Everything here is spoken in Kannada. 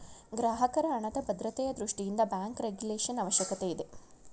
ಗ್ರಾಹಕರ ಹಣದ ಭದ್ರತೆಯ ದೃಷ್ಟಿಯಿಂದ ಬ್ಯಾಂಕ್ ರೆಗುಲೇಶನ್ ಅವಶ್ಯಕತೆ ಇದೆ